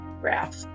graph